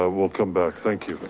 ah we'll come back, thank you.